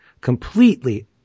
completely